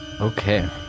Okay